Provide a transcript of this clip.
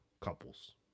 couples